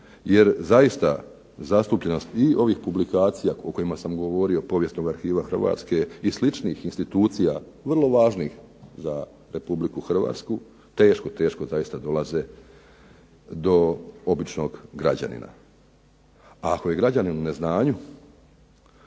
Jer zaista zastupljenost i ovih publikacija o kojima sam govorio, Povijesnog arhiva Hrvatske i sličnih institucija vrlo važnih za Republiku Hrvatsku teško, teško zaista dolaze do običnog građanina. A ako je građanin u neznanju,